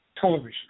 television